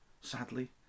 sadly